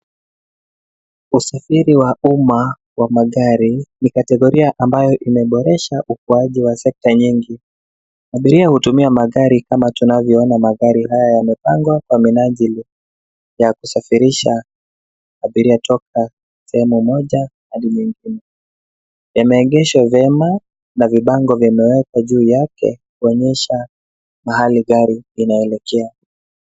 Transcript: Usafiri wa uma wa magari ni kategolia ambayo imeboresha ukuaji wa sekta nyingi. Abiria hutumia magari kama tunavyoona magari haya yamepangwa kwa mnajili ya kushafirisha abiria toka shehemu moja hadi nyingine. Yameegeshwa vyema na vipango vimewekwa juu yake kuonyesha mahali gari inaelekea,